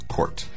Court